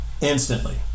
instantly